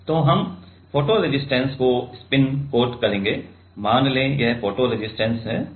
तो हम photo resistant को स्पिन कोट करेंगे मान लें कि यह फोटो रेसिस्टेंस है